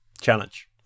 challenge